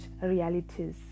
realities